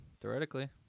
theoretically